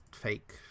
fake